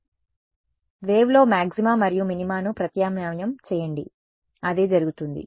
కాబట్టి వేవ్లో మాగ్జిమా మరియు మినిమాను ప్రత్యామ్నాయం చేయండి అదే జరుగుతోంది